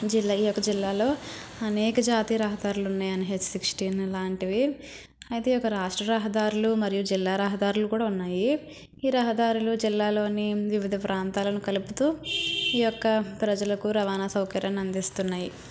జిల్లా ఈ యొక్క జిల్లాలో అనేక జాతీయ రహదారులున్నాయి ఎన్హెచ్ సిక్స్టీన్ ఇలాంటివి అయితే ఒక రాష్ట్ర రహదారులు మరియు జిల్లా రహదారులు కూడా ఉన్నాయి ఈ రహదారులు జిల్లాలోని వివిధ ప్రాంతాలను కలుపుతు ఈ యొక్క ప్రజలకు రవాణా సౌకర్యానందిస్తున్నాయి